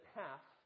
half